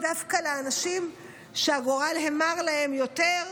ודווקא לאנשים שהגורל המר להם יותר,